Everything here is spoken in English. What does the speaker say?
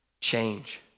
change